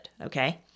okay